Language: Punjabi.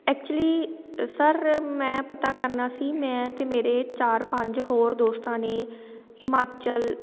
ਐਕਚੁਲੀ ਸਰ ਮੈਂ ਪਤਾ ਕਰਨਾ ਸੀ ਮੈਂ ਅਤੇ ਮੇਰੇ ਚਾਰ ਪੰਜ ਹੋਰ ਦੋਸਤਾਂ ਨੇ ਹਿਮਾਚਲ